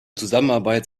zusammenarbeit